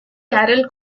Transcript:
carol